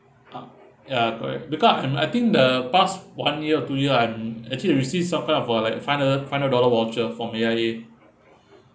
uh ya correct because I um I think the past one year or two year I'm actually the I receive some type of uh five five hundred dollar voucher from A_I_A